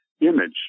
image